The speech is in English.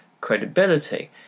credibility